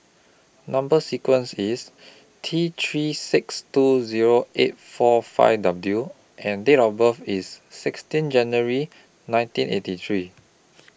Number sequence IS T three six two Zero eight four five W and Date of birth IS sixteen January nineteen eighty three